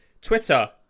Twitter